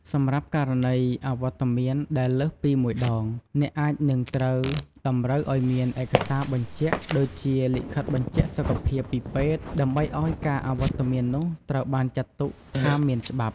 សម្រាប់ករណីអវត្តមានដែលលើសពី ១ ដង អ្នកអាចនឹងត្រូវតម្រូវឱ្យមាន ឯកសារបញ្ជាក់ ដូចជា លិខិតបញ្ជាក់សុខភាពពីពេទ្យ ដើម្បីឱ្យការអវត្តមាននោះត្រូវបានចាត់ទុកថាមានច្បាប់។